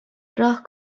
راه